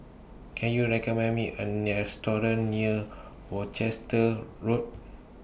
Can YOU recommend Me A Restaurant near Worcester Road